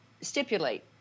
stipulate